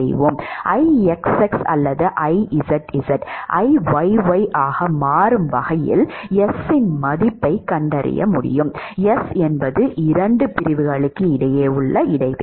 Ixx அல்லது Izz Iyy ஆக மாறும் வகையில் S இன் மதிப்பைக் கண்டறிய முடியும் S என்பது இரண்டு பிரிவுகளுக்கு இடையே உள்ள இடைவெளி